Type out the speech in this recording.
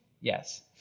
yes